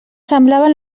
semblaven